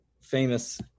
famous